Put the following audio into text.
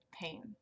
pain